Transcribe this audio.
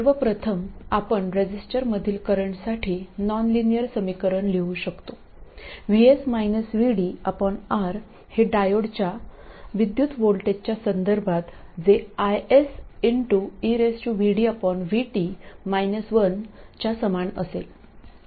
सर्व प्रथम आपण रेझिस्टरमधील करंटसाठी नॉनलिनियर समीकरण लिहू शकतो R हे डायोडच्या विद्युत् व्होल्टेजच्या संदर्भात जे IS च्या समान असेल